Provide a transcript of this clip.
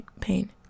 pain